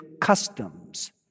customs